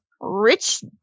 rich